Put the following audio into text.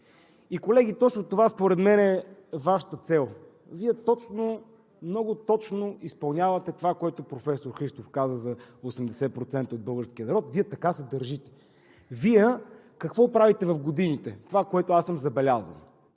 И, колеги, точно това според мен е Вашата цел. Вие много точно изпълнявате това, което професор Христов каза за 80% от българския народ, Вие така се държите. Какво правите в годините, това, което аз съм забелязал?